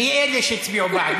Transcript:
מי אלה שהצביעו בעד?